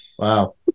Wow